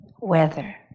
weather